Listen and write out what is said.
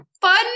fun